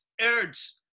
urge